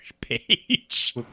page